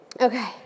Okay